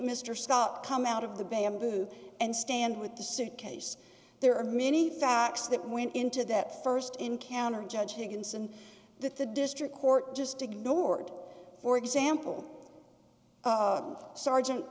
mr scott come out of the bay mbu and stand with the suitcase there are many facts that went into that st encounter judge higginson that the district court just ignored for example sergeant